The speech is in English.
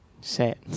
Set